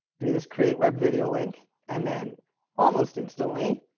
do this create web video link and then almost instantly.